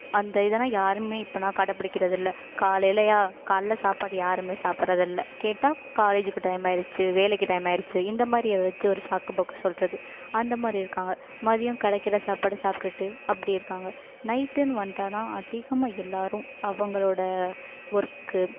அந்த இதெல்லாம் யாரும் இப்போனா கடைப்பிடிக்கிறதில்ல காலையிலேயா காலையில் சாப்பாடு யாரும் சாப்பிட்றதில்ல கேட்டால் காலேஜுக்கு டைம் ஆகிருச்சி வேலைக்கு டைம் ஆகிருச்சி இந்த மாதிரி ஏதாச்சும் ஒரு சாக்கு போக்கு சொல்லுறது அந்த மாதிரி இருக்காங்க மதியம் கிடைக்கிற சாப்பாடை சாப்பிட்டுட்டு அப்படி இருக்காங்க நைட்டுன்னு வந்துட்டா தான் அதிகமாக எல்லோரும் அவங்களோடய ஒர்க்கு